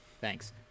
thanks